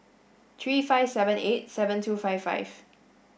three five seven eight seven two five five